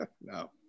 no